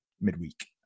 midweek